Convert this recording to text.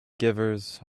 givers